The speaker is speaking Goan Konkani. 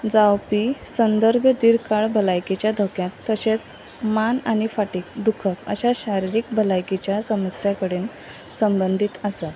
जावपी संदर्भ दीर्घ काळ भलायकीच्या धोक्याक तशेंच मान आनी फाटीक दुखप अश्या शारिरीक भलायकीच्या समस्या कडेन संबंदीत आसा